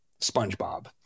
SpongeBob